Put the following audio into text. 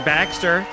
Baxter